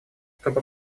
чтобы